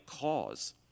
cause